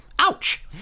ouch